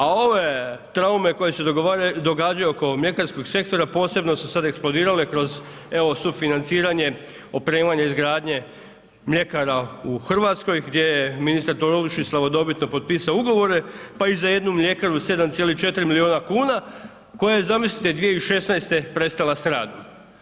A ove traume koje se događaju oko mljekarskog sektora posebno su sada eksplodirale kroz evo sufinanciranje opremanja izgradnje mljekara u Hrvatskoj gdje je ministar Tolušić slavodobitno potpisao ugovore, pa i za jednu mljekaru 7,4 milijuna kuna koja je zamislite 2016. prestala s radom.